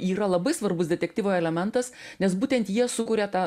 yra labai svarbus detektyvo elementas nes būtent jie sukuria tą